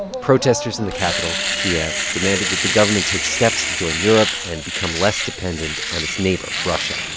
protesters in the capital, kiev, demanded that the government take steps to join europe and become less dependent on its neighbor russia